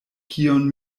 kiun